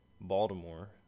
Baltimore